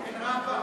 עין-ראפה,